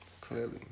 Clearly